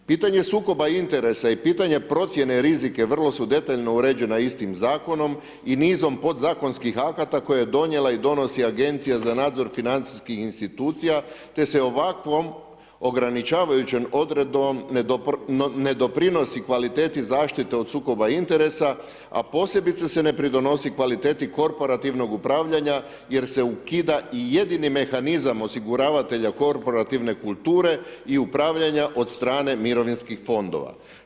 Pitanje sukoba interesa i pitanje procjene rizika vrlo su detaljno uređena istim Zakonom i nizom podzakonskih akata koje je donijela i donosi Agencija za nadzor financijskih institucija te se ovakvom ograničavajućom odredbom ne doprinosi kvaliteti zaštite od sukoba interesa, a posebice se ne pridonosi kvaliteti korporativnog upravljanja jer se ukida i jedini mehanizam osiguravatelja korporativne kulture i upravljanja od strane mirovinskih fondova.